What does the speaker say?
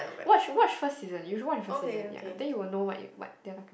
watch watch first season you should watch first season ya then you will know what what they are talking